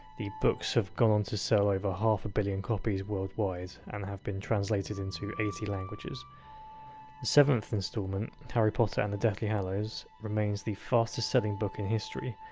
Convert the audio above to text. the books have gone on to sell over half a billion copies worldwide and have been translated into eighty languages. the seventh instalment, harry potter and the deathly hallows, remains the fastest-selling book in history,